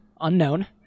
Unknown